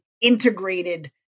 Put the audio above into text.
integrated